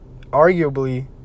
arguably